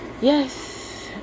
Yes